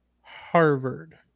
Harvard